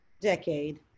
decade